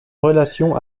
relation